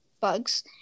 bugs